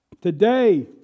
today